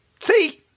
See